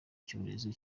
cyorezo